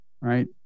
right